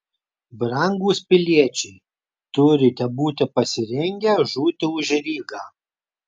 brangūs piliečiai turite būti pasirengę žūti už rygą